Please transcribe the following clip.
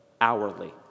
hourly